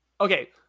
okay